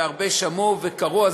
והרבה שמעו וקראו,